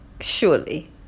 Surely